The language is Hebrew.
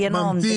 ינון.